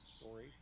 story